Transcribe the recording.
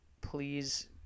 please